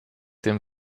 dem